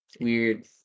Weird